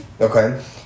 Okay